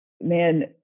Man